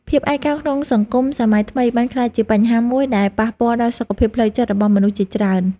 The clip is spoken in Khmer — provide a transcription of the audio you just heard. ភាពឯកោក្នុងសង្គមសម័យថ្មីបានក្លាយជាបញ្ហាមួយដែលប៉ះពាល់ដល់សុខភាពផ្លូវចិត្តរបស់មនុស្សជាច្រើន។